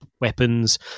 weapons